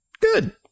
Good